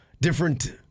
different